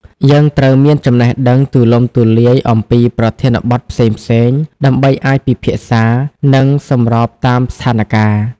យើងត្រូវមានចំណេះដឹងទូលំទូលាយអំពីប្រធានបទផ្សេងៗ ដើម្បីអាចពិភាក្សា និងសម្របតាមស្ថានការណ៍។